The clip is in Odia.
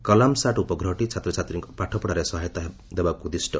କଲାମ୍ ସାଟ୍ ଉପଗ୍ରହଟି ଛାତ୍ରଛାତ୍ରୀଙ୍କ ପାଠ ପଢ଼ାରେ ସହାୟତା ଦେବାକୁ ଉଦ୍ଦିଷ୍ଟ